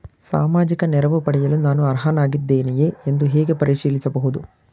ಸಾಮಾಜಿಕ ನೆರವು ಪಡೆಯಲು ನಾನು ಅರ್ಹನಾಗಿದ್ದೇನೆಯೇ ಎಂದು ಹೇಗೆ ಪರಿಶೀಲಿಸಬಹುದು?